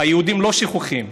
היהודים לא שוכחים.